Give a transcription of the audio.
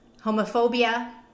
homophobia